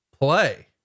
play